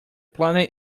planet